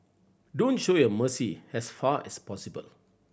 don't show your mercy as far as possible